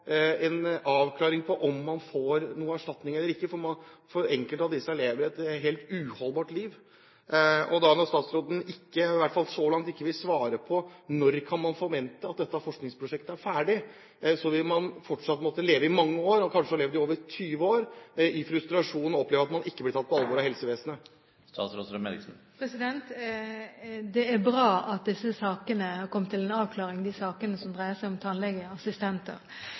en avklaring av om man får erstatning eller ikke. Enkelte av disse lever et helt uholdbart liv. Når statsråden i hvert fall så langt ikke vil svare på når man kan forvente at dette forskningsprosjektet er ferdig, vil man fortsatt måtte leve med dette i mange år, når man kanskje i over 20 år har levd i frustrasjon og opplevd at man ikke blir tatt på alvor av helsevesenet. Det er bra at det er kommet en avklaring i disse sakene som dreier seg om